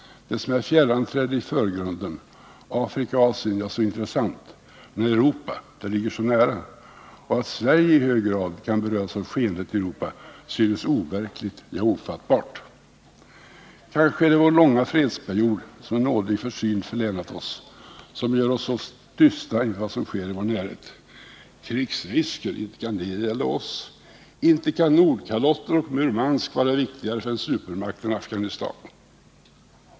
Det som är fjärran träder i förgrunden; Afrika och Asien — ja, så intressant. Men Europa — det ligger så nära. Och att Sverige i hög grad kan beröras av skeendet i Europa synes overkligt, ja, ofattbart. Kanske är det vår långa fredsperiod, som en nådig försyn förlänat oss, som gör oss så tysta inför vad som sker i vår närhet. Krigsrisker — inte kan det gälla oss! Inte kan Nordkalotten och Murmansk vara viktigare för en supermakt än Afghanistan!